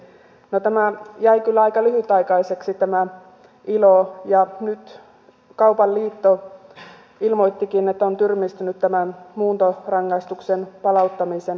no tämä ilo jäi kyllä aika lyhytaikaiseksi ja nyt kaupan liitto ilmoittikin että on tyrmistynyt tämän muuntorangaistuksen palauttamisen perumisesta